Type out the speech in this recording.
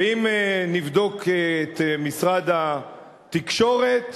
ואם נבדוק את משרד התקשורת,